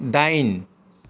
दाइन